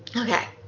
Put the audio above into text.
okay.